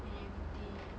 and everything